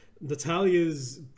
Natalia's